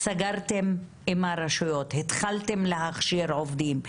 סגרתם עם הרשויות, התחלתם להכשיר עובדים,